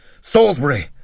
Salisbury